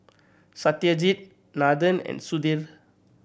Satyajit Nathan and Sudhir